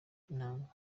intanga